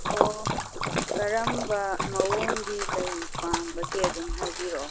ꯑꯣ ꯀꯔꯝꯕ ꯃꯑꯣꯡꯒꯤ ꯂꯩ ꯄꯥꯝꯕꯒꯦ ꯑꯗꯨꯝ ꯍꯥꯏꯕꯤꯔꯛꯑꯣ